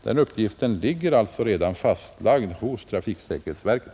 Den uppgiften ligger alltså redan på trafiksäkerhetsverket.